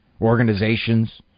organizations